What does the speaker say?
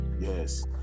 Yes